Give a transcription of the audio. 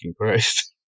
Christ